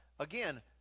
Again